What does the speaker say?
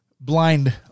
blind